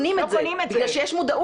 אולי יום אחד